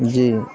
جی